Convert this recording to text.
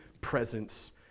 presence